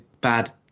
bad